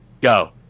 go